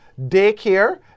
daycare